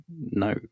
no